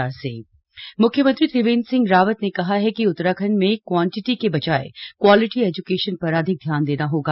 ई लोकार्पण म्ख्यमंत्री त्रिवेंद्र सिंह रावत ने कहा है कि उत्तराखण्ड में क्वाटिंटी के बजाय क्वालिटी एज्केशन पर अधिक ध्यान देना होगा